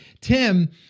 Tim